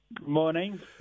Morning